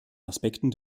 aspekten